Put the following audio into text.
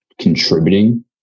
contributing